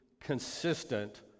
consistent